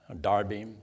Darby